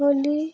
Holi